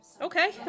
Okay